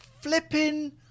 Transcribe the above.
flipping